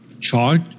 chart